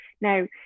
Now